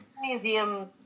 Museum